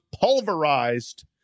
pulverized